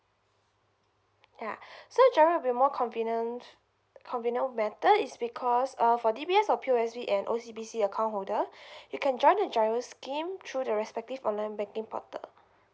yeah so giro will be more convenient convenient method it's because uh for D_B_S or P_O_S_B and O_C_B_C account holder you can join the giro scheme through the respective online banking portal